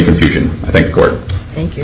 confusion i think court thank you